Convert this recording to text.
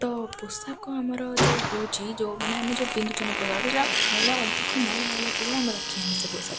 ତ ପୋଷାକ ଆମର ଯେଉଁ ହେଉଛି ଯେଉଁ ମାନେ ଆମେ ଯେଉଁ ପିନ୍ଧୁଛନ୍ତି ମଇଳା ଅଧିକ ମହିଳା ହେଲା ପରେ ଆମେ ରଖିବାନିି ସେ ପୋଷାକ